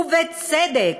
ובצדק,